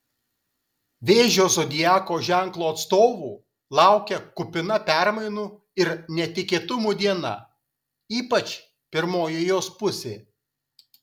vėžio zodiako ženklo atstovų laukia kupina permainų ir netikėtumų diena ypač pirmoji jos pusė